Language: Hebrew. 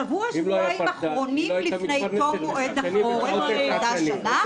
שבוע-שבועיים אחרונים לפני תום מועד החורף של אותה שנה